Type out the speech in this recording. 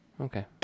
Okay